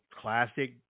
classic